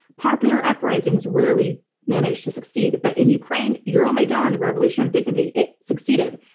popular uprisings rarely manage to succeed, but in ukraine, euromaidan, the revolution of dignity, it succeeded,